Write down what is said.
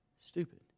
Stupid